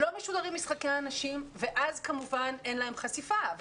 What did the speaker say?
ואם לא משודרים משחקי הנשים אז כמובן אין להם חשיפה,